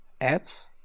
ads